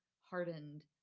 hardened